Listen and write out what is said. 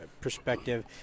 perspective